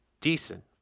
decent